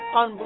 on